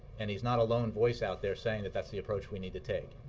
and he's not a lone voice out there saying that that's the approach we need to take.